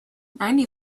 ninety